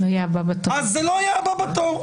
זה לא יהיה הבא בתור.